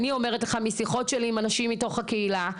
אני אומרת לך משיחות שלי עם אנשים מתוך הקהילה.